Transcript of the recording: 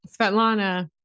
Svetlana